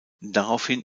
daraufhin